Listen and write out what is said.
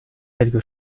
quelque